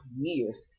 years